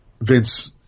Vince